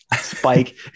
Spike